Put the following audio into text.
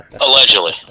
Allegedly